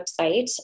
website